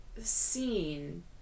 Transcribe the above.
scene